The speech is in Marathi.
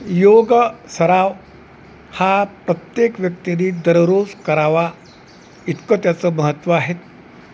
योग सराव हा प्रत्येक व्यक्तीनी दररोज करावा इतकं त्याचं महत्त्व आहे